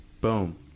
Boom